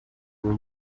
ubwo